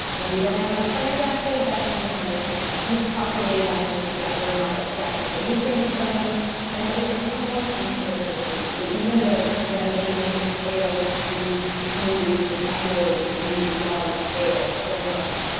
when we don't have enough stomach acid, that means we're not digesting our foods properly. that means that we're not extracting the nutrients from them and that we could become more sensitive to the food, so even the the amazing kale juice smoothies, which i know you love kale so much